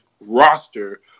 roster